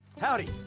Howdy